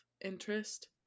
interest